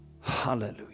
Hallelujah